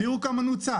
תראו כמה נוצל.